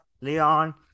Leon